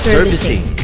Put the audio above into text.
Servicing